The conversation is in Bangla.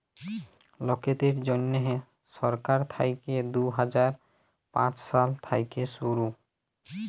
লকদের জ্যনহে সরকার থ্যাইকে দু হাজার পাঁচ সাল থ্যাইকে শুরু